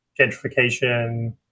gentrification